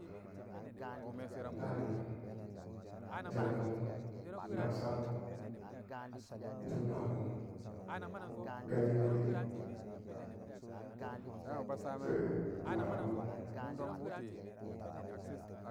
Lahadimo, jadamo, dagsam-mo, jummah-mo, ganyemori, larabamori.